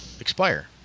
expire